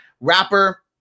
rapper